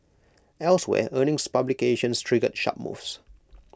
elsewhere earnings publications triggered sharp moves